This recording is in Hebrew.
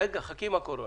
רגע, חכי עם הקורונה.